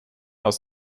aus